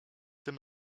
tym